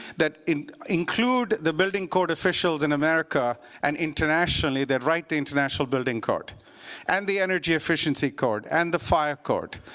that include the building code officials in america and internationally that write the international building code and the energy efficiency code and the fire code.